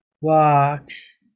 Walks